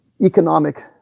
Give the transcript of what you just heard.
economic